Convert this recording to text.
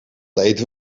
eten